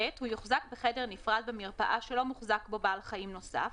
(ב)הוא יוחזק בחדר נפרד במרפאה שלא מוחזק בו בעל חיים נוסף,